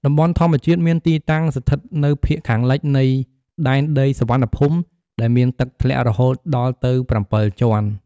តំបន់ធម្មជាតិមានទីតាំងស្ថិតនៅភាគខាងលិច នៃដែនដីសុវណ្ណភូមិ ដែលមានទឹកធ្លាក់រហូតដល់ទៅ៧ជាន់។